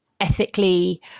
ethically